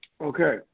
Okay